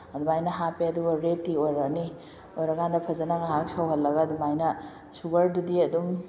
ꯑꯗꯨꯃꯥꯏꯅ ꯍꯥꯞꯄꯦ ꯑꯗꯨꯒ ꯔꯦꯗ ꯇꯤ ꯑꯣꯏꯔꯛꯑꯅꯤ ꯑꯣꯏꯔꯛꯑꯀꯥꯟꯗ ꯐꯖꯅ ꯉꯥꯏꯍꯥꯛ ꯁꯧꯍꯜꯂꯒ ꯑꯗꯨꯃꯥꯏꯅ ꯁꯨꯒꯔꯗꯨꯗꯤ ꯑꯗꯨꯝ